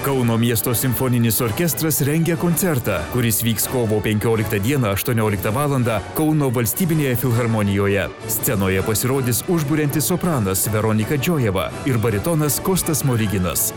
kauno miesto simfoninis orkestras rengia koncertą kuris vyks kovo penkioliktą dieną aštuonioliktą valandą kauno valstybinėje filharmonijoje scenoje pasirodys užburiantis sopranas veronika džiojeva ir baritonas kostas smoriginas